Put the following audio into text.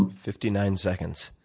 fifty nine seconds.